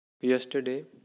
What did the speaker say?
yesterday